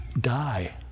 die